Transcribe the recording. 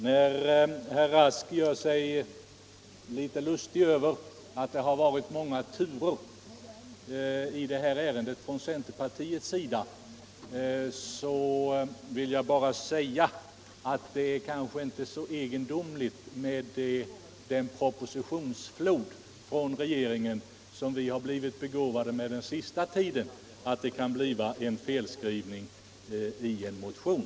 När herr Rask gör sig litet lustig över att det varit många turer i det här ärendet från centerpartiets sida vill jag bara säga att det kanske inte är så egendomligt, med den propositionsflod från regeringen som vi blivit begåvade med den sista tiden, att det kan bli en felskrivning i en motion.